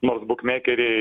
nors bukmekeriai